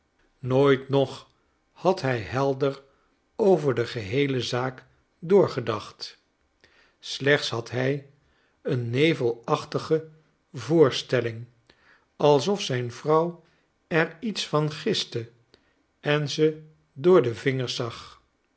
nooit nog had hij helder over de geheele zaak doorgedacht slechts had hij een nevelachtige voorstelling alsof zijn vrouw er iets van giste en ze door de vingers zag